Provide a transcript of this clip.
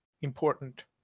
important